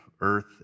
earth